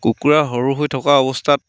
কুকুৰা সৰু হৈ থকা অৱস্থাত